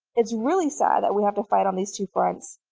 it's really sad that we have to fight on these two fronts.